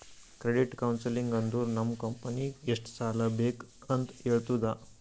credit counselling ಅಂದುರ್ ನಮ್ ಕಂಪನಿಗ್ ಎಷ್ಟ ಸಾಲಾ ಬೇಕ್ ಅಂತ್ ಹೇಳ್ತುದ